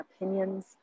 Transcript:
opinions